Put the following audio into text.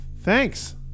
thanks